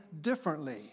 differently